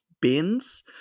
bins